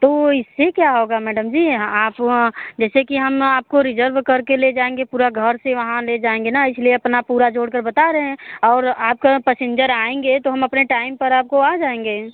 तो इससे क्या होगा मैडम जी आप वहाँ जैसे कि हम आपको रिजर्व करके ले जाएँगे पूरा घर से वहाँ ले जाएँगे ना इसलिए अपना पूरा जोड़के बता रहे हैं और आप पसेंजर आएँगे तो हम अपना टाइम पर आपको जाएँगे